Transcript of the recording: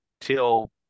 till